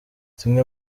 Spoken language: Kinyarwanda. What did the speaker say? zimwe